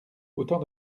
autant